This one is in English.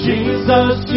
Jesus